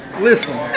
Listen